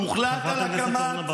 חברת הכנסת נעמה לזימי,